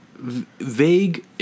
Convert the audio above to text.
vague